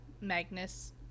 Magnus